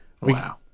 Wow